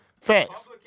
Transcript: Facts